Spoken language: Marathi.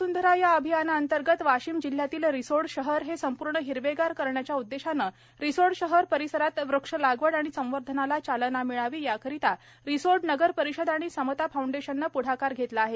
माझी वस्धरा माझी वसंधरा या अभियाना अंतर्गत वाशिम जिल्ह्यातील रिसोड शहर हे संपूर्ण हिरवेगार करण्याच्या उद्देशाने रिसोड शहर परिसरात वृक्ष लागवड आणि संवर्धनाला चालना मिळावी याकरिता रिसोड नगर परिषद आणि समता फाउंडेशनने प्ढाकार घेतला आहे